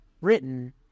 written